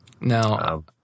Now